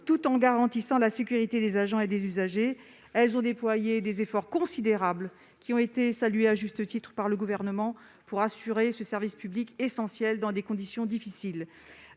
tout en garantissant la sécurité des agents et des usagers. Elles ont déployé des efforts considérables, qui ont été salués à juste titre par le Gouvernement, pour assurer ce service public essentiel dans des conditions difficiles.